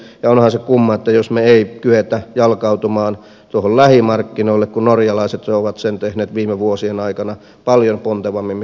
onhan se kumma jos me emme kykene jalkautumaan tuohon lähimarkkinoille kun norjalaiset ovat sen tehneet viime vuosien aikana paljon pontevammin kuin suomi